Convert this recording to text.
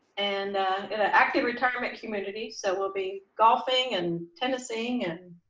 an active retirement community. so we'll be golfing and tennising and